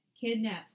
kidnaps